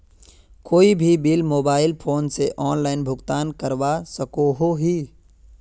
कोई भी bill mobile phone से ऑनलाइन भुगतान करवा सकोहो ही?